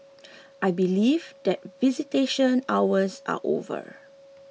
I believe that visitation hours are over